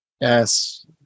Yes